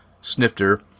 snifter